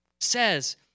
says